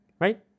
right